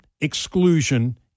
exclusion